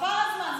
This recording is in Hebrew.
עבר הזמן.